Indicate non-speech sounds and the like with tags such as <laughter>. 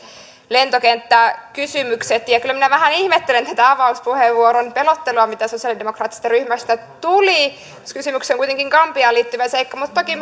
lentokenttäkysymykset kyllä minä vähän ihmettelen tätä avauspuheenvuoron pelottelua mitä sosialidemokraattisesta ryhmästä tuli jos kysymyksessä on kuitenkin gambiaan liittyvä seikka mutta toki <unintelligible>